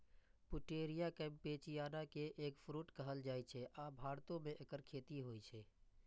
Pouteria campechiana कें eggfruit कहल जाइ छै, आ भारतो मे एकर खेती होइ छै